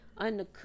Undercooked